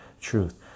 truth